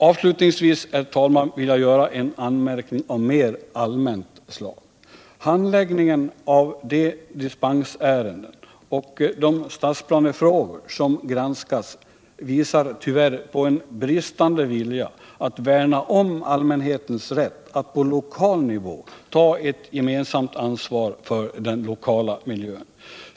Avslutningsvis, herr talman, vill jag gör en anmärkning av mer allmänt slag. Handläggningen av de dispensärenden och de stadsplanefrågor som granskats visar tyvärr på en bristande vilja att värna om allmänhetens rätt att på lokal nivå ta ett gemensamt ansvar för den lokala miljön.